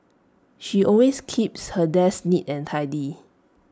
she always keeps her desk neat and tidy